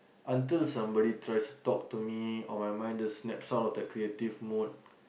until somebody tries to talk to me or my mind just snaps out of the creative mode